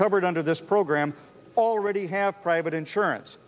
covered under this program already have private insurance